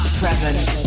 present